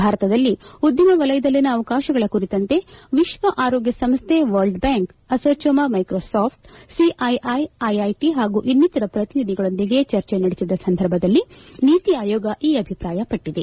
ಭಾರತದಲ್ಲಿ ಉದ್ವಿಮ ವಲಯದಲ್ಲಿನ ಅವಕಾಶಗಳ ಕುರಿತಂತೆ ವಿಶ್ವ ಆರೋಗ್ಯ ಸಂಸ್ಕೆ World Bank ASSOCHAM Microsoft CII IIT ಹಾಗೂ ಇನ್ನಿತರ ಪ್ರತಿನಿಧಿಗಳೊಂದಿಗೆ ಚರ್ಚೆ ನಡೆಸಿದ ಸಂದರ್ಭದಲ್ಲಿ ನೀತಿ ಆಯೋಗ ಈ ಅಭಿಪ್ರಾಯವಟ್ಟಿದೆ